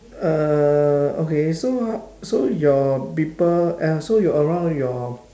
uh okay so ah so your people and also your around your